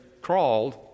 crawled